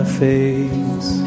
face